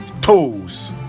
toes